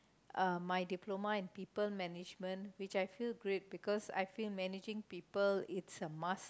uh my diploma in people management which I feel great because I feel managing people is a must